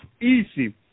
easy